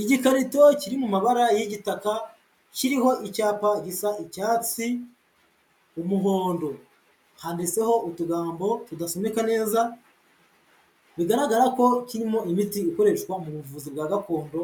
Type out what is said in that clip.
Igikarito kiri mu mabara y'igitaka, kiriho icyapa gisa icyatsi, umuhondo, handitseho utugambo tudasomeka neza, bigaragara ko kirimo imiti ikoreshwa mu buvuzi bwa gakondo,